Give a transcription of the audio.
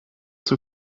zur